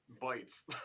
bites